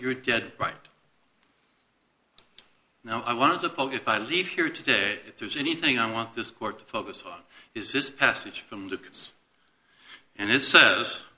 you're dead right now i want to pull if i leave here today if there's anything i want this court to focus on is this passage from luke and it says